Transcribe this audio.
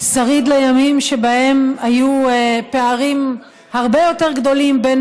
שריד לימים שבהם היו פערים הרבה יותר גדולים בין